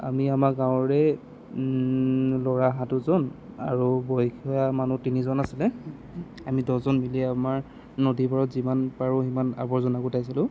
আমি আমাৰ গাঁৱৰে ল'ৰা সাতোজন আৰু বয়সীয়া মানুহ তিনিজন আছিলে আমি দহজন মিলি আমাৰ নদীপাৰত যিমান পাৰোঁ সিমান আৱৰ্জনা গোটাইছিলোঁ